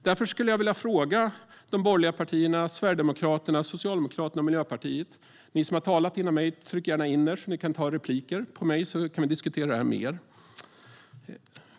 Därför skulle jag vilja ställa en fråga till de borgerliga partierna, Sverigedemokraterna, Socialdemokraterna och Miljöpartiet. Ni som redan har talat kan gärna begära replik på mig så att vi kan diskutera det här mer.